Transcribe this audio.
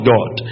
God